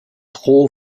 pro